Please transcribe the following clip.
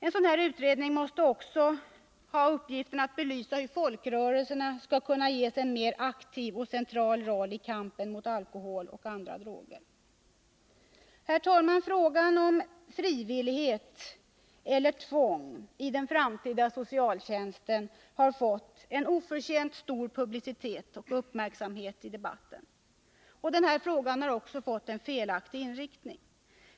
En sådan här utredning måste också ges uppgiften att belysa hur folkrörelserna skall kunna ges en mer aktiv och central roll i kampen mot alkohol och andra droger. Herr talman! Frågan om frivillighet eller tvång i den framtida socialtjänsten har fått oförtjänt stor publicitet och uppmärksamhet i debatten. Denna debatt har också fått en felaktig inriktning.